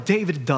David